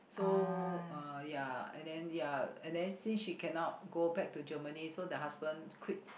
so uh ya and then ya and then since she cannot go back to Germany so the husband quit